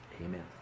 amen